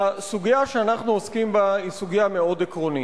הסוגיה שאנחנו עוסקים בה היא סוגיה מאוד עקרונית.